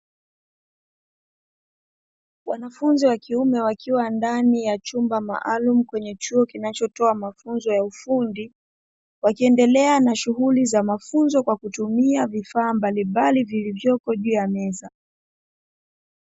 Wanafunzi wa kiume wakiwa ndani ya chumba maalumu kwenye chumba kinachotoa mafunzo ya ufundi, wakiendelea na shughuli za mafunzo kwa kutumia vifaa mbalimbali vilivyopo juu ya meza.